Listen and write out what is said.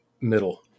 middle